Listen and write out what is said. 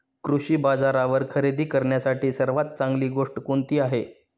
कृषी बाजारावर खरेदी करण्यासाठी सर्वात चांगली गोष्ट कोणती आहे?